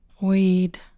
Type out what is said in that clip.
Weed